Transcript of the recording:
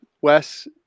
Wes